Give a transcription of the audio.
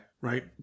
Right